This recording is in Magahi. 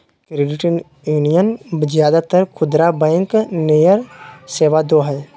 क्रेडिट यूनीयन ज्यादातर खुदरा बैंक नियर सेवा दो हइ